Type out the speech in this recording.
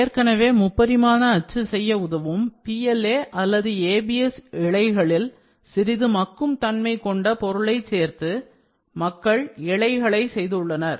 ஏற்கனவே முப்பரிமான அச்சு செய்ய உதவும் PLA அல்லது ABS இழைகளில் சிறிது மக்கும் தன்மை கொண்ட பொருளை சேர்த்து மக்கள் இழைகளை செய்துள்ளனர்